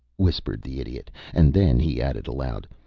whispered the idiot and then he added, aloud,